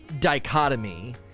dichotomy